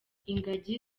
ingagi